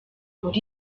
muri